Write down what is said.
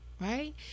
right